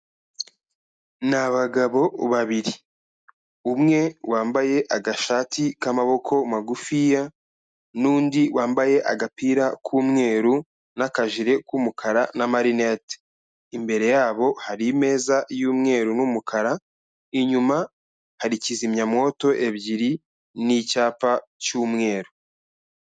Ni abagabo babiri umwe wambaye agashati k'amaboko magufiya n'undi wambaye agapira k'umweru n'akajire k'umukara na marinete, imbere yabo hari imeza y'umweru n'umukara, inyuma hari kizimyamwoto ebyiri n'icyapa cy'umweru.